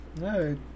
No